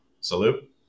Salute